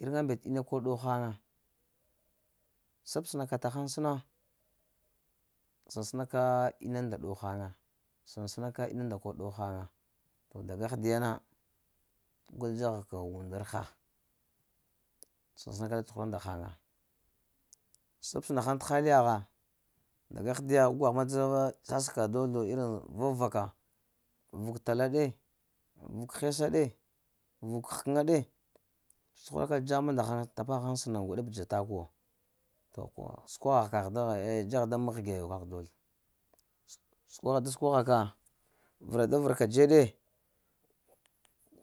Iriŋga mbet ine kol ɗow ghaŋa sabsəna ka tahaŋ səma, səŋ səna ka innunda ɗow ghaya, səŋ səna ka inunda kol dow ghaŋa, to daga ahdiya na, gu dzaha kə unda rha sən səna ka cuhura nda haŋa sab səna ghaŋ t’ haliya gha daga ahdiya gu kagh ma dzaha sasa ka dozlo to iriŋ vab raka vuk tala ɗe, vuk hesa ɗe, vuk ghəkəna ɗe cuhura ka dzama ndaghaŋ, tapa haŋ sənən gwaɗa b'dza tak wo, to səkwaha kagh dzaha da mahga yo kak dozlo sə kwagha da səkwagha ka vəra-da-vər ka dzeɗe.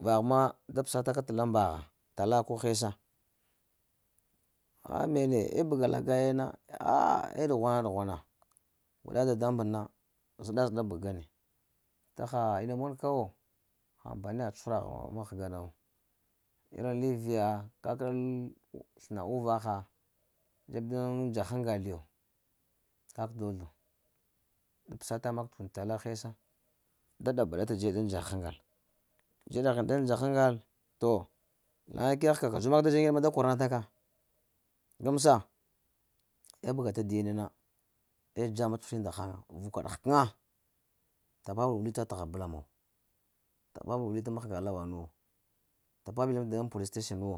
Vagh ma da pəsa taka t'lambagha tala ko hesa, ah mene eh b'ga lagaina ahh eh ɗughwana-ɗughwana, gwaɗa dadmuŋ na zəɗa-zəɗa bəg ŋgane, vita ha ina mon ka wo, ha ampaniya cuhura mahga na wo, iriŋ li viya ka kəɗa lo ha ina mogəl wo, dzeb daŋ dzahaŋgal yo, kak dozlo, da pəsa mak und tala hesa, da ɗaba-ɗata dzeɗ daŋ dzahaŋgal, dzeɗa hini daŋ dza haŋgal, to laŋa kegh ka ka dzuwa mak da dzaŋeɗ ma da kwara na taka gəmsa eh bəga ta dey nana eh dzama cuhuri ndahaŋ vukaɗ ghəkəna tapa bol wilita t’ ha bulama wo tapa bol wilita mahga lawan wo tapa bol wilita t'ha bulama wo tapa bol wilita mahga lawan wo tapa bol wilita ŋ police station wo.